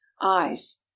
eyes